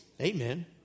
Amen